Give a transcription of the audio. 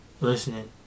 listening